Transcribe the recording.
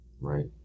Right